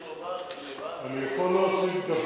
אני רוצה לומר שכל